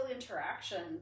interaction